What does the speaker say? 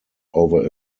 over